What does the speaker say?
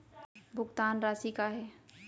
भुगतान राशि का हे?